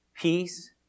Peace